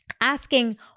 asking